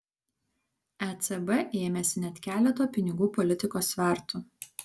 ecb ėmėsi net keleto pinigų politikos svertų